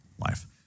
life